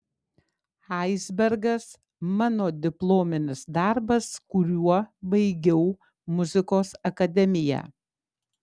aisbergas mano diplominis darbas kuriuo baigiau muzikos akademiją